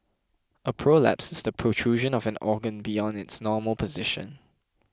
a prolapse is the protrusion of an organ beyond its normal position